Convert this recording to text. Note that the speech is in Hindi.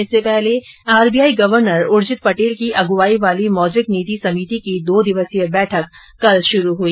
इससे पहले आर बी आई के गवर्नर उर्जित पटेल की अगुआई वाली मौद्रिक नीति समिति की दो दिवसीय बैठक कल शुरू हो गई